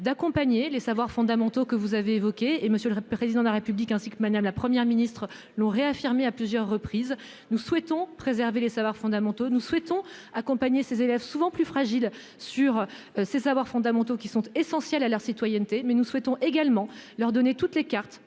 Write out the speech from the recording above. d'accompagner les savoirs fondamentaux que vous avez évoquées et monsieur le président de la République ainsi que madame la première ministre l'ont réaffirmé à plusieurs reprises, nous souhaitons préserver les savoirs fondamentaux, nous souhaitons accompagner ces élèves souvent plus fragiles sur ces savoirs fondamentaux qui sont essentiels à la citoyenneté, mais nous souhaitons également leur donner toutes les cartes